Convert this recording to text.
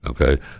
Okay